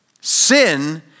sin